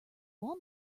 wall